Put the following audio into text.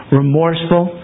remorseful